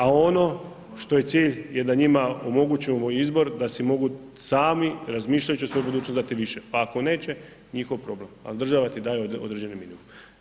A ono što je cilj je da njima omogućimo izbor da si mogu sami razmišljajući o svojoj budućnosti dati više pa ako neće njihov problem, ali država ti daje određeni minimum.